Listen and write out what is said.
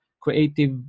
Creative